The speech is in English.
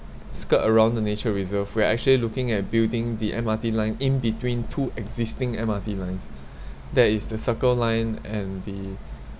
skirt around the nature reserve we're actually looking at building the M_R_T line in between two existing M_R_T lines that is the circle line and the